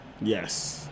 yes